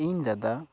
ᱤᱧ ᱫᱟᱫᱟ